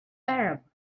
arab